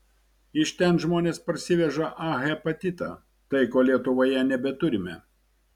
iš ten žmonės parsiveža a hepatitą tai ko lietuvoje nebeturime